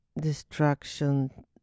destruction